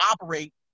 operate